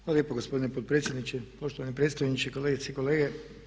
Hvala lijepo gospodine potpredsjedniče, poštovani predstojniče, kolegice i kolege.